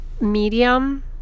medium